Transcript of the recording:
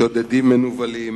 שודדים מנוולים,